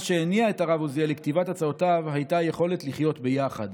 מה שהניע את הרב עוזיאל לכתיבת הצעותיו היה היכולת לחיות ביחד.